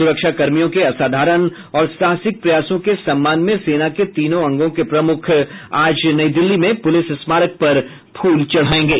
सुरक्षा कर्मियों के असाधारण और साहसकि प्रयासों के सम्मान में सेना के तीनों अंगों के प्रमुख आज नई दिल्ली में पुलिस स्मारक पर फूल चढायेंगे